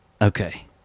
okay